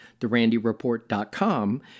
therandyreport.com